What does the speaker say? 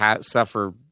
suffer